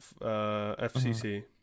FCC